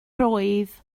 roedd